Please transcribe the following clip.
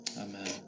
amen